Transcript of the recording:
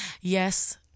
Yes